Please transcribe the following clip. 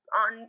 on